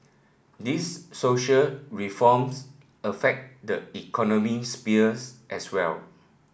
these social reforms affect the economic spheres as well